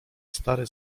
stary